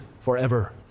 forever